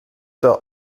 der